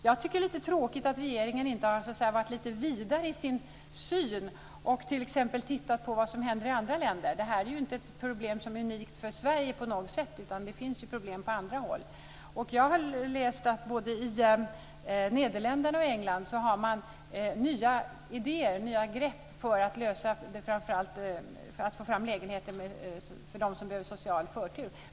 Jag tycker att det är lite tråkigt att regeringen inte har vidgat sin syn lite och t.ex. tittat närmare på vad som händer i andra länder. Det här är inte ett problem som på något sätt är unikt för Sverige. Det finns problem även på andra håll. Jag har läst att både i Nederländerna och i England har man nya idéer, nya grepp för att framför allt få fram lägenheter åt dem som behöver social förtur.